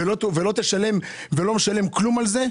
ולא משלם כלום על זה.